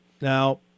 Now